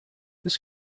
this